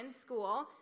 School